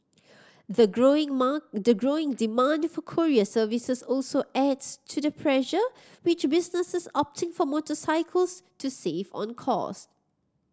the growing the growing demand for courier services also adds to the pressure which businesses opting for motorcycles to save on costs